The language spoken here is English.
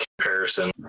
comparison